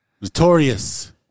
Notorious